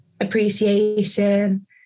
appreciation